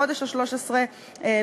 החודש ה-13 בשנה.